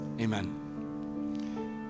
amen